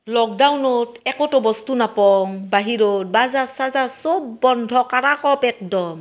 লকডাউনত একোতো বস্তু নাপং বাহিৰত বাজাৰ চাজাৰ চব বন্ধ কাৰাকপ একদম